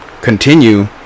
continue